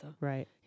right